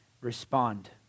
respond